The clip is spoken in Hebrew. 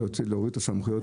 ולהוריד את הסמכויות.